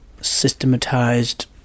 systematized